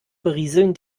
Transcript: berieseln